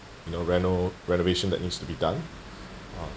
you know reno~ renovation that needs to be done uh